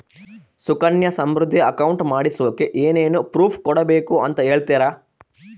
Sukanya Samriddhi account ಮಾಡಿಸೋಕೆ ಏನೇನು proof ಕೊಡಬೇಕು ಅಂತ ಹೇಳ್ತೇರಾ?